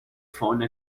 phone